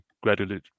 gradually